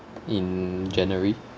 in january